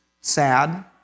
sad